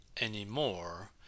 anymore